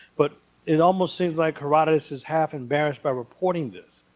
but it almost seems like herodotus is half embarrassed by reporting this.